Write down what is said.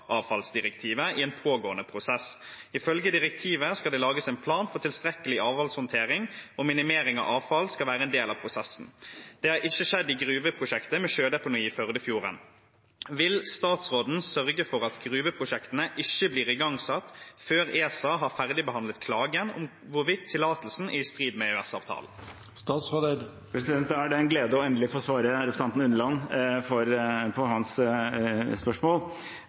i en pågående prosess. Ifølge direktivet skal det lages en plan for tilstrekkelig avfallshåndtering, og minimering av avfall skal være en del av prosessen. Det har ikke skjedd i gruveprosjektet med sjødeponi i Førdefjorden. Vil statsråden sørge for at gruveprosjektene ikke blir igangsatt før ESA har ferdigbehandlet klagen om hvorvidt tillatelsene er i strid med EØS-avtalen?» Det er en glede å endelig få svare representanten Unneland på hans spørsmål.